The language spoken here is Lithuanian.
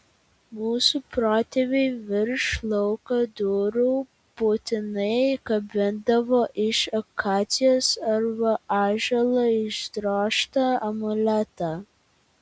mūsų protėviai virš lauko durų būtinai kabindavo iš akacijos arba ąžuolo išdrožtą amuletą